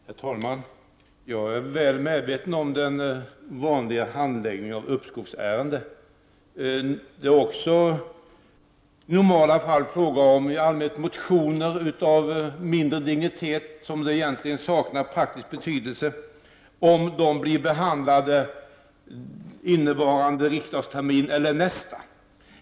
Herr talman! Jag är väl medveten om den vanliga handläggningen av uppskovsärenden. Det är i normala fall fråga om motioner av mindre dignitet, och det saknar praktisk betydelse om de blir behandlade under innevarande riksmöte eller nästa.